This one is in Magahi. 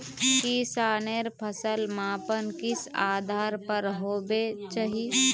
किसानेर फसल मापन किस आधार पर होबे चही?